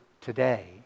today